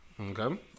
Okay